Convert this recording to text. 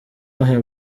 uwuhe